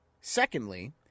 Secondly